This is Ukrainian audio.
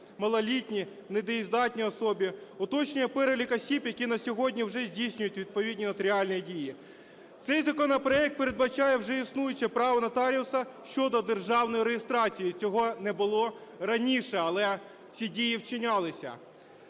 малолітні, недієздатні особи, уточнює перелік осіб, які на сьогодні вже здійснюють відповідні нотаріальні дії. Цей законопроект передбачає вже існуюче право нотаріусу щодо державної реєстрації. Цього не було раніше, але ці дії вчинялися.